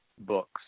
books